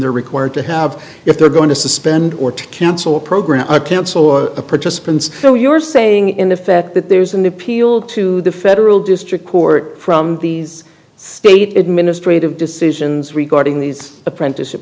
they're required to have if they're going to suspend or to cancel a program accounts or participants so you're saying in effect that there's an appeal to the federal district court from these state administrative decisions regarding these apprenticeship